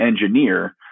engineer